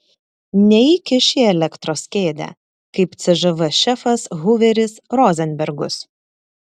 neįkiš į elektros kėdę kaip cžv šefas huveris rozenbergus